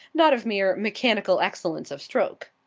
not of mere mechanical excellence of stroke.